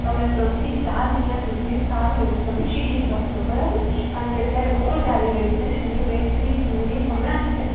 તમે ત્રણથી ચાર મહિના સુધી સારું એવું તમે શીખી શકશો બરાબર કારણ કે ત્યારે ઓફર ચાલી રહી છે ને ન્યુ બેન્ચની જોઈનીગ હમણાંજ છે